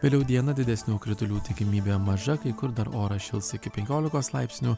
vėliau dieną didesnių kritulių tikimybė maža kai kur dar oras šils iki penkiolikos laipsnių